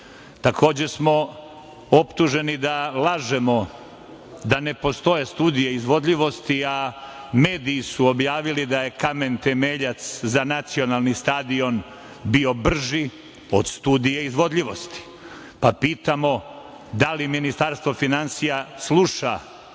godinu? Takođe smo optuženi da lažemo da ne postoje studije izvodljivosti, a mediji su objavili da je kamen temeljac za nacionalni stadion bio brži od studije izvodljivosti. Pa pitamo da li Ministarstvo finansija sluša